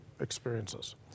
experiences